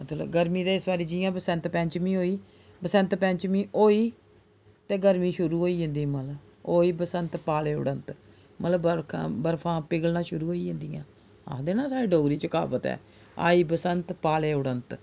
मतलब गर्मी ते इस बारी जि'यां बसैंत पैंचमी होई बसैंत पैंचमी होई ते गर्मी शुरु होई जंदी मतलब ऐ आई बसंत पाले उडंत मतलब बरखां बरफां घलना शुरु होई जंदियां आखदे न साढ़े डोगरी च क्हावत ऐ आई बसंत पाले उडंत